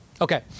Okay